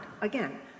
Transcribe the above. again